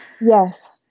Yes